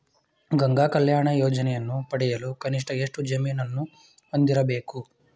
ಗಂಗಾ ಕಲ್ಯಾಣ ಯೋಜನೆಯನ್ನು ಪಡೆಯಲು ಕನಿಷ್ಠ ಎಷ್ಟು ಜಮೀನನ್ನು ಹೊಂದಿರಬೇಕು?